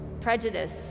prejudice